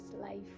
life